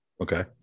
Okay